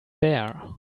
bare